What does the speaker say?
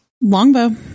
longbow